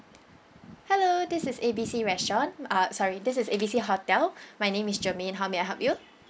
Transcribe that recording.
hello this is A B C restaurant uh sorry this is A B C hotel my name is jermaine how may I help you